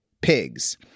pigs